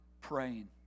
praying